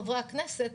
חברי הכנסת,